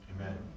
Amen